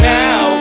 now